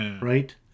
right